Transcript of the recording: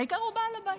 העיקר שהוא בעל הבית.